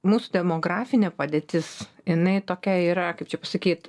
mūsų demografinė padėtis jinai tokia yra kaip čia pasakyt